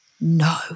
No